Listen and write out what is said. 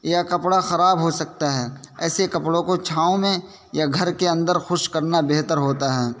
یا کپڑا خراب ہو سکتا ہے ایسے کپڑوں کو چھاؤں میں یا گھر کے اندر خشک کرنا بہتر ہوتا ہے